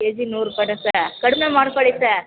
K G ನೂರು ರೂಪಾಯಿನ sir ಕಡಿಮೆ ಮಾಡ್ಕೋಳ್ಳಿ ಸರ್